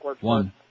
One